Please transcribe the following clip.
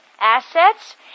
Assets